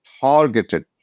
targeted